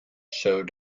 showed